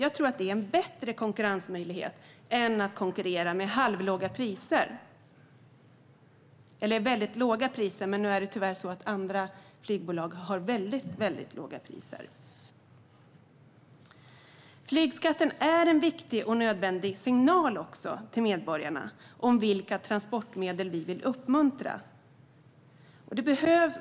Jag tror att det är bättre än att konkurrera med halvlåga priser - eller väldigt låga priser, men nu är det tyvärr så att andra flygbolag har priser som är ännu lägre. Flygskatten är också en viktig och nödvändig signal till medborgarna om vilka transportmedel vi vill uppmuntra.